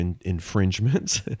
infringements